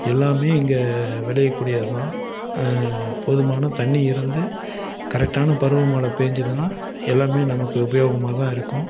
எல்லாம் இங்கே விளையக்கூடியது தான் போதுமான தண்ணி இருந்து கரெக்டான பருவமழை பேய்ஞ்சிதுன்னா எல்லாம் நமக்கு உபயோகமாக தான் இருக்கும்